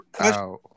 out